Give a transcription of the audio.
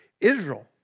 Israel